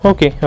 Okay